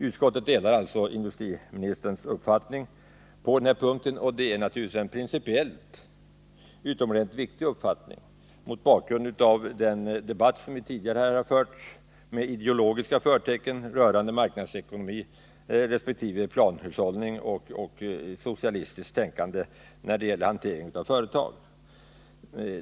Utskottet delar alltså industriministerns uppfattning på den här punkten, och det är naturligtvis en principiellt utomordentligt viktig uppfattning mot bakgrund av den debatt som här tidigare har förts med ideologiska förtecken rörande marknadsekonomi resp. planhushållning och socialistiskt tänkande när det gäller hanteringen av företag.